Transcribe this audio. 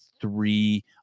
three